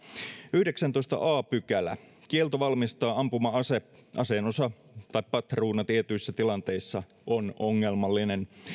yhdeksästoista a pykälä kielto valmistaa ampuma ase aseen osa tai patruuna tietyissä tilanteissa on ongelmallinen